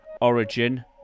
origin